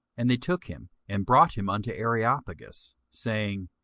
and they took him, and brought him unto areopagus, saying,